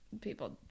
people